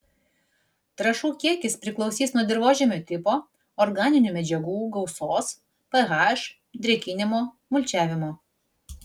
trąšų kiekis priklausys nuo dirvožemio tipo organinių medžiagų gausos ph drėkinimo mulčiavimo